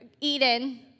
Eden